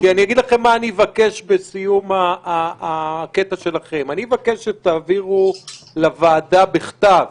אבקש בסיום הקטע שלכם שתעבירו לוועדה בכתב